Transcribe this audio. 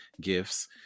gifts